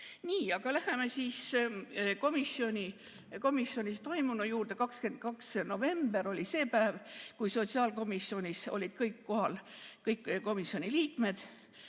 Nii. Aga läheme komisjonis toimunu juurde. 22. november oli see päev, kui sotsiaalkomisjonis olid kõik kohal, kõik komisjoni liikmed